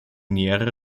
nähere